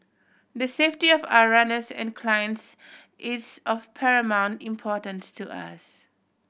the safety of our runners and clients is of paramount importance to us